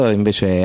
invece